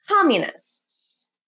communists